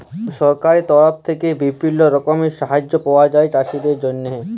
সরকারের তরফ থেক্যে বিভিল্য রকমের সাহায্য পায়া যায় চাষীদের জন্হে